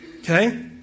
okay